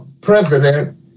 president